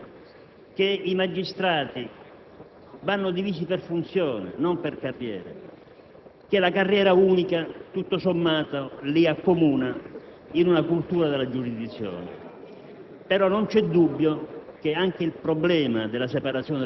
Così pure gli avvocati dovrebbero capire che i magistrati vanno divisi per funzioni, non per carriere, che la carriera unica, tutto sommato, li accomuna in una cultura della giurisdizione.